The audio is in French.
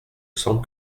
semble